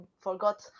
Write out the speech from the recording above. forgot